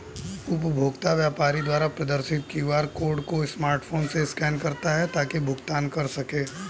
उपभोक्ता व्यापारी द्वारा प्रदर्शित क्यू.आर कोड को स्मार्टफोन से स्कैन करता है ताकि भुगतान कर सकें